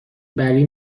بری